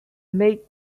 made